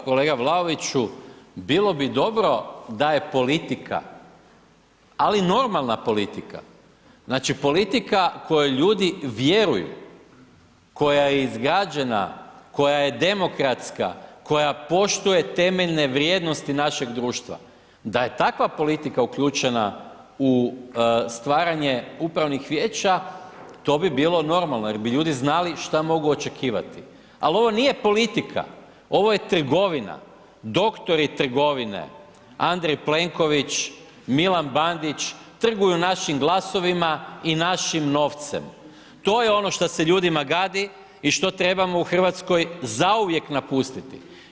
Kolega Vlaoviću, bilo bi dobro da je politika, ali normalna politika, znači, politika kojoj ljudi vjeruju, koja je izgrađena, koja je demokratska, koja poštuje temeljne vrijednosti našeg društva, da je takva politika uključena u stvaranje upravnih vijeća, to bi bilo normalno jer bi ljudi znali šta mogu očekivati, al ovo nije politika, ovo je trgovina, doktori trgovine Andrej Plenković, Milan Bandić trguju našim glasovima i našim novcem, to je ono šta se ljudima gadi i što trebamo u RH zauvijek napustiti.